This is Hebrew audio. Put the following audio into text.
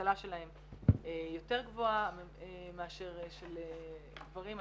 יותר גבוהה מאשר של גברים.